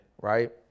right